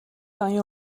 оюун